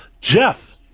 Jeff